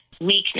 weakness